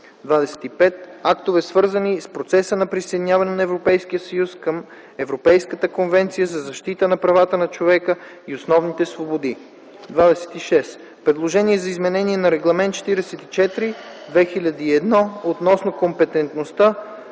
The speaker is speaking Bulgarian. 25. Актове, свързани с процеса на присъединяване на Европейския съюз към Европейската конвенция за защита на правата на човека и основните свободи. 26. Предложение за изменение на Регламент 44/2001 относно компетентността,